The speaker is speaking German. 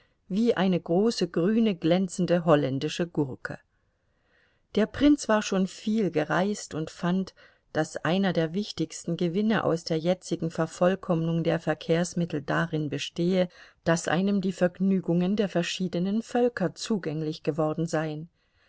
wie eine große grüne glänzende holländische gurke der prinz war schon viel gereist und fand daß einer der wichtigsten gewinne aus der jetzigen vervollkommnung der verkehrsmittel darin bestehe daß einem die vergnügungen der verschiedenen völker zugänglich geworden seien